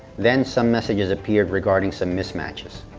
then some messages appeared regarding some mismatches.